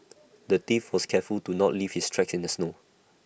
the thief was careful to not leave his tracks in the snow